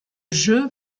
jeu